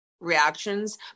reactions